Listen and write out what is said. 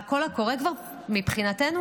מבחינתנו